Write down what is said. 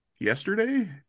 yesterday